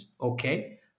okay